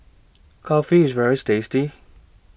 Kulfi IS very tasty